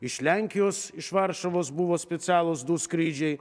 iš lenkijos iš varšuvos buvo specialūs du skrydžiai